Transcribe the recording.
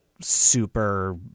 super